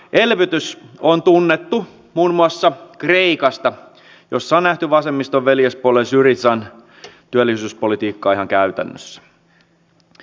elvytys on tunnettu muun muassa kreikasta jossa on nähty vasemmiston veljespuolueen syrizan työllisyyspolitiikkaa ihan käytännössä